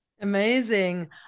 Amazing